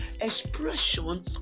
expression